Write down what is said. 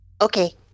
Okay